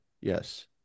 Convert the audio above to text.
Yes